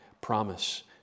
promise